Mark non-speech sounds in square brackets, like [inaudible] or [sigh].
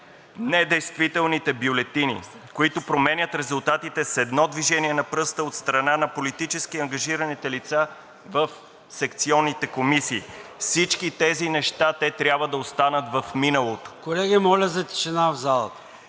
недействителните бюлетини, които променят резултатите с едно движение на пръста от страна на политически ангажираните лица в секционните комисии – всички тези неща трябва да останат в миналото. [noise] ПРЕДСЕДАТЕЛ ЙОРДАН